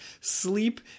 sleep